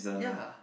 ya